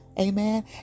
amen